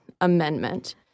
amendment